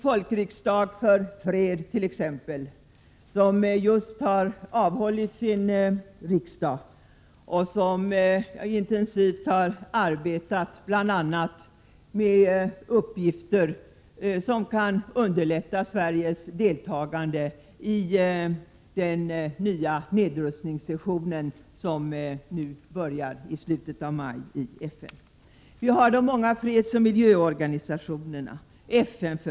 Folkriksdag för fred, som just har avhållit ett möte och som intensivt arbetat bl.a. med uppgifter som kan underlätta Sveriges deltagande i den nya nedrustningssession som börjar i slutet av maj i FN. Vi har de många fredsoch miljöorganisationerna, FN-förbundet, de många Prot.